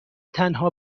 تنها